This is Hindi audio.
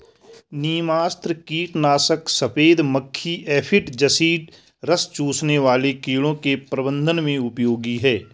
नीमास्त्र कीटनाशक सफेद मक्खी एफिड जसीड रस चूसने वाले कीड़ों के प्रबंधन में उपयोगी है